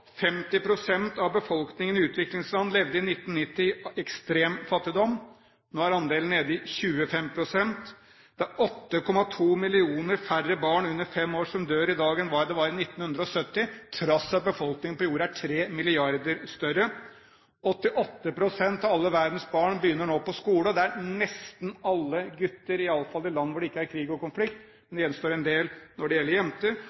av befolkningen i utviklingsland levde i 1990 i ekstrem fattigdom. Nå er andelen nede i 25 pst. Det er 8,2 millioner færre barn under fem år som dør i dag enn i 1970, trass i at befolkningen på jorda er 3 milliarder større. 88 pst. av alle verdens barn begynner nå på skolen. Det gjelder nesten alle gutter – i alle fall i land hvor det ikke er krig og konflikt – men det gjenstår en del når det gjelder